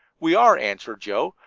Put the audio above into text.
we are, answered joe.